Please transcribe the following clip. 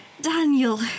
Daniel